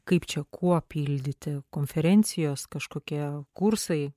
kaip čia kuo pildyti konferencijos kažkokie kursai